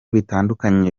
bitandukanye